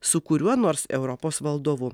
su kuriuo nors europos valdovu